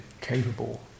capable